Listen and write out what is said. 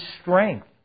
strength